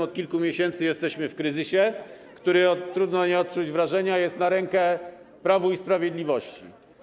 Od kilku miesięcy jesteśmy w kryzysie, który - trudno nie odnieść takiego wrażenia - jest na rękę Prawu i Sprawiedliwości.